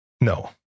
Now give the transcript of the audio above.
No